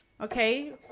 okay